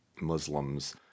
Muslims